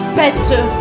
better